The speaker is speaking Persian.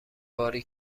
باری